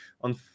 on